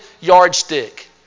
yardstick